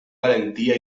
valentía